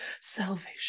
salvation